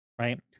Right